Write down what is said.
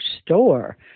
store